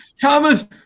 Thomas